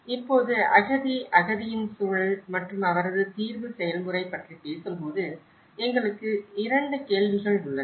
இப்போது அகதி அகதியின் சூழல் மற்றும் அவரது தீர்வு செயல்முறை பற்றி பேசும்போது எங்களுக்கு இரண்டு கேள்விகள் உள்ளன